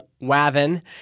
Wavin